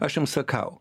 aš jum sakau